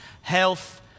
health